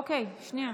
אוקיי, שנייה.